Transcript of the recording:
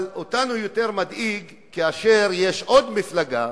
אבל אותנו יותר מדאיג שיש עוד מפלגה,